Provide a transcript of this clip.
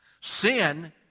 Sin